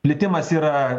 plitimas yra